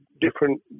different